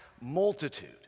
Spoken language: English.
multitude